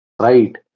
right